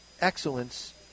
excellence